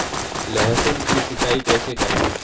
लहसुन की सिंचाई कैसे करें?